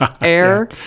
air